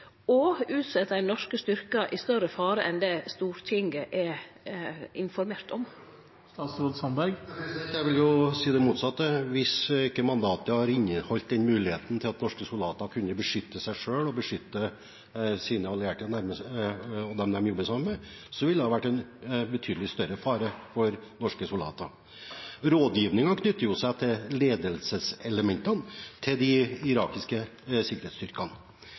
Stortinget er informert om? Jeg vil si det motsatte. Hvis ikke mandatet hadde inneholdt den muligheten for norske soldater til å kunne beskytte seg selv og beskytte sine allierte og dem de jobber sammen med, ville det vært en betydelig fare for norske soldater. Rådgivningen knytter seg til ledelseselementene til de irakiske sikkerhetsstyrkene.